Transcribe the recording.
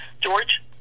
George